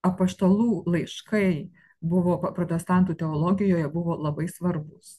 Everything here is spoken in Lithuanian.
apaštalų laiškai buvo protestantų teologijoje buvo labai svarbūs